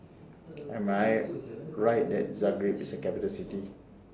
Am I Right that Zagreb IS A Capital City